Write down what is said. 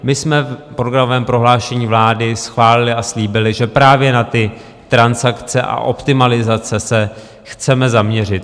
My jsme v programovém prohlášení vlády schválili a slíbili, že právě na ty transakce a optimalizace se chceme zaměřit.